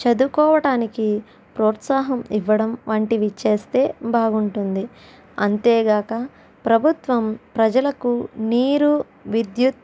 చదువుకోవటానికి ప్రోత్సాహం ఇవ్వడం వంటివి చేస్తే బాగుంటుంది అంతేగాక ప్రభుత్వం ప్రజలకు నీరు విద్యుత్తు